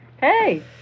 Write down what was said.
Hey